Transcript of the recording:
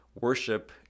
worship